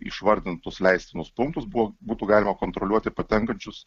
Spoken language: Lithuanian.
išvardintus leistinus punktus buvo būtų galima kontroliuoti patenkančius